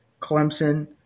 Clemson